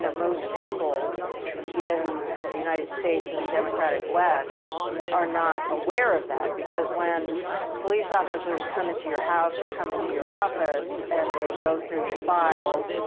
most people in the united states and the democratic west are not aware of that. because when police officers come into your house or come into your office and they go through your files,